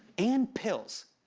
and pills.